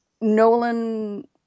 Nolan